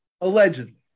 allegedly